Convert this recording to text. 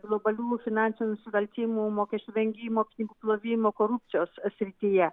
globalių finansinių nusikaltimų mokesčių vengimo pinigų plovimo korupcijos srityje